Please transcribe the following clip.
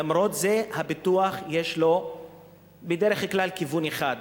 אבל למרות זאת לפיתוח יש בדרך כלל כיוון אחד,